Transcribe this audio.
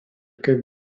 kaip